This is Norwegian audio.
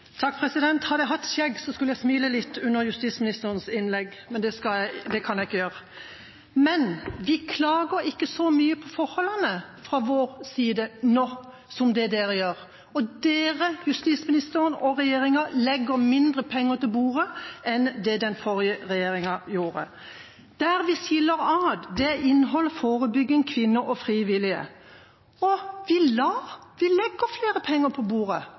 Hadde jeg hatt skjegg, skulle jeg ha smilt litt under justisministerens innlegg, men det kan jeg ikke gjøre. Fra vår side klager ikke vi så mye på forholdene nå som det regjeringspartiene gjør, og justisministeren og regjeringa legger mindre penger på bordet enn det den forrige regjeringa gjorde. Der vi skilles ad, er når det gjelder innhold, forebygging, kvinner og frivillige, og vi legger flere penger på bordet